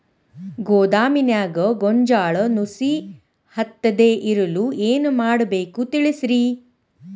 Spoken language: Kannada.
ಗೋದಾಮಿನ್ಯಾಗ ಗೋಂಜಾಳ ನುಸಿ ಹತ್ತದೇ ಇರಲು ಏನು ಮಾಡಬೇಕು ತಿಳಸ್ರಿ